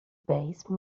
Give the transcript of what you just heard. base